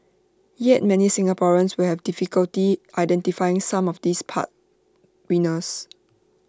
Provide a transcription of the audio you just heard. yet many Singaporeans will have difficulty identifying some of these par winners